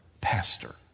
pastor